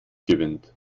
gewinnt